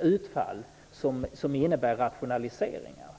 utfall som innebär rationaliseringar.